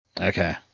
Okay